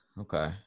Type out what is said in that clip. Okay